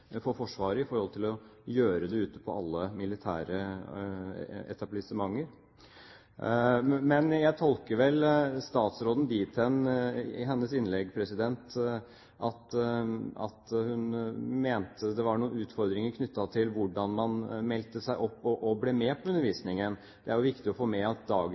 Forsvaret – i stedet for å gjøre det ute på alle militære etablissementer. Jeg tolker vel statsrådens innlegg dit hen at hun mener det er noen utfordringer knyttet til hvordan man melder seg opp og blir med på undervisningen. Det er viktig å få med at